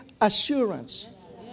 assurance